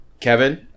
Kevin